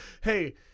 Hey